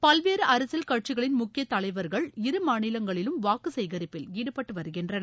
பல்வேறு அரசியல் கட்சிகளின் முக்கிய தலைவர்கள் இரு மாநிலங்களிலும் வாக்கு சேகரிப்பில் ஈடுபட்டு வருகின்றனர்